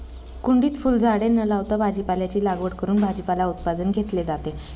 कुंडीत फुलझाडे न लावता भाजीपाल्याची लागवड करून भाजीपाला उत्पादन घेतले जाते